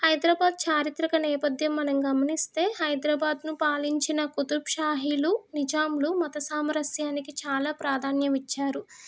హైదరాబాదు చారిత్రక నేపథ్యం మనం గమనిస్తే హైదరాబాదును పాలించిన కుతుబ్ షాహీలు నిజాములు మత సామరస్యానికి చాలా ప్రాధాన్యత ఇచ్చారు